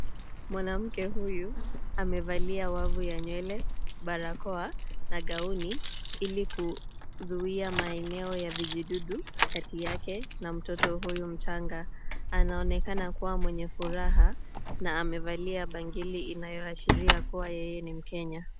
Mwanamke huyu amevalia wavu ya nywele, barakoa na gauni ili kuzuia maeneo ya vijidudu kati yake na mtoto huyu mchanga. Anaonekana kuwa mwenye furaha na amevalia bangiri inayoashiria kuwa yeye ni mkenya.